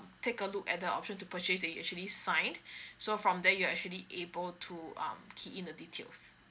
take a look at the option to purchase that you actually sign so from there you are actually able to um key in the details